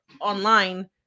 online